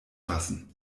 fassen